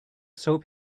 soap